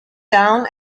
down